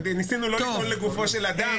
ניסינו לא לטעון לגופו של אדם.